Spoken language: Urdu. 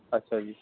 اچھا جی